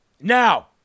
Now